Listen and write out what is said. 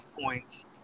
points